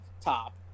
top